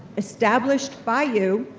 established by you,